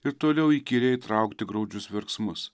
ir toliau įkyriai traukti graudžius verksmus